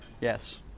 Yes